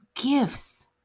gifts